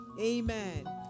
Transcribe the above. Amen